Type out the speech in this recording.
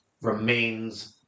remains